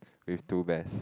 with two bears